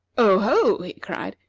oh, ho! he cried,